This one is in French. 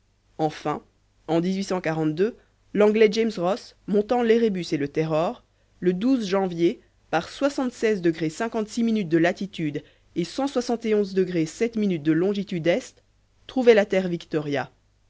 enfin en l'anglais james ross montant l'érébus et le terror le janvier par de latitude et de longitude est trouvait la terre victoria